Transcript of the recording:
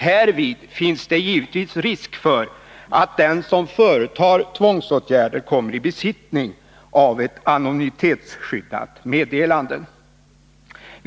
Härvid finns givetvis risk för att den som företar tvångsåtgärder kommer i besittning av ett anonymitetsskyddat meddelande.